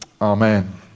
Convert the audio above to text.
Amen